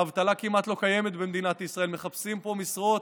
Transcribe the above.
אבטלה כמעט לא קיימת במדינת ישראל מחפשים משרות,